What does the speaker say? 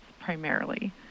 primarily